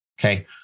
Okay